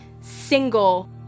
single